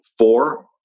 four